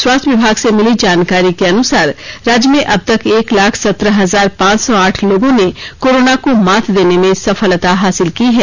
स्वास्थ्य विभाग से मिली जानकारी के अनुसार राज्य में अब तक एक लाख सत्रह हजार पांच सौ आठ लोगों ने कोरोना को मात देने में सफलता हासिल की है